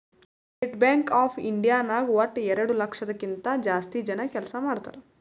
state Bank of India ನಾಗ್ ವಟ್ಟ ಎರಡು ಲಕ್ಷದ್ ಕಿಂತಾ ಜಾಸ್ತಿ ಜನ ಕೆಲ್ಸಾ ಮಾಡ್ತಾರ್